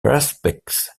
perspex